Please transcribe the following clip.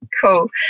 Cool